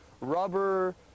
rubber